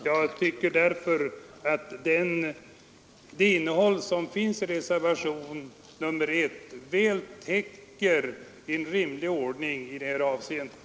Jag anser därför att det innehåll som finns i reservationen 1 väl täcker en rimlig ordning i det avseendet.